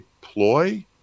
ploy